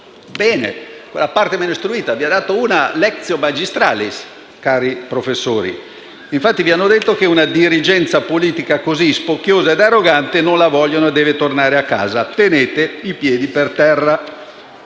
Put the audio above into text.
Bene, quella parte meno istruita vi ha dato una *lectio magistralis*, cari professori: infatti, vi ha detto che non vuole una dirigenza politica così spocchiosa e arrogante e che deve tornarsene a casa. Tenete i piedi per terra.